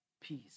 peace